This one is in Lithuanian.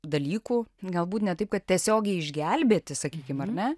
dalykų galbūt ne taip kad tiesiogiai išgelbėti sakykim ar ne